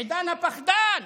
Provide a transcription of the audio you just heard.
עידן הפחדן,